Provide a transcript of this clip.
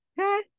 okay